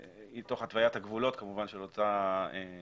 תוך התוויית הגבולות כמובן של אותה פעולה.